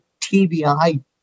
TBI